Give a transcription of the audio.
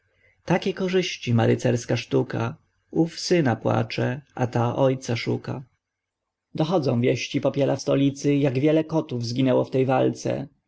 takie korzyści ma rycerska sztuka ow syna płacze a ta ojca szuka dochodzą wieści popiela stolicy jak wiele kotów zginęło w tej walce